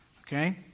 okay